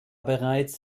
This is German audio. bereits